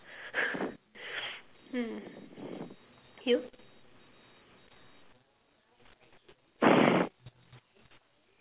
mm you